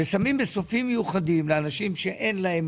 ושמים מסופים מיוחדים לאנשים שאין להם